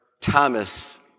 Thomas